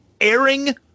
airing